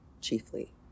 chiefly